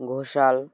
Ghoshal